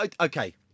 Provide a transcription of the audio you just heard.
Okay